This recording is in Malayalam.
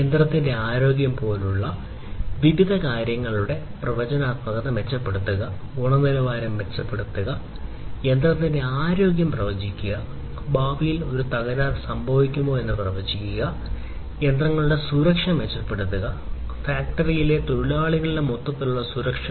യന്ത്രത്തിന്റെ ആരോഗ്യം പോലുള്ള വിവിധ കാര്യങ്ങളുടെ പ്രവചനാത്മകത മെച്ചപ്പെടുത്തുക ഗുണനിലവാരം മെച്ചപ്പെടുത്തുക ഭാവിയിൽ യന്ത്രത്തിന്റെ ആരോഗ്യം പ്രവചിക്കുക ഭാവിയിൽ ഒരു തകരാർ സംഭവിക്കുമോ എന്ന് പ്രവചിക്കുക യന്ത്രങ്ങളുടെ സുരക്ഷ മെച്ചപ്പെടുത്തുക ഫാക്ടറികളിലെ തൊഴിലാളികളുടെ മൊത്തത്തിലുള്ള സുരക്ഷ